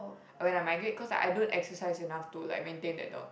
when I migrate cause I don't exercise enough to like maintain that dog